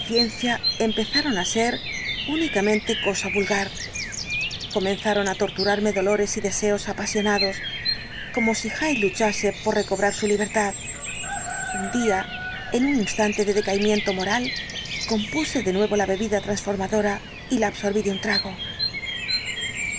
empezaron á ser únicamente cosa explicación completa del caso vulgar comenzaron á torturarme dolores y deseos apasionados como si hyde luchase para recobrar su libertad un día en un instante de decaimiento moral compuse de nuevo la bebida transformadora y la absorbí de un trago